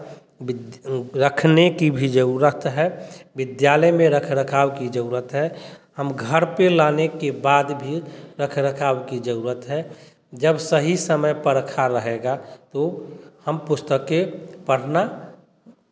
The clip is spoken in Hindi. बिद रखने की भी ज़रूरत है विद्यालय में रख रखाव की ज़रूरत है हम घर पर लाने के बाद भी रख रखाव की ज़रूरत है जब सही समय पर रखा रहेगा तो हम पुस्तकें पढ़ना